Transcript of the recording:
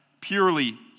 purely